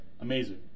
amazing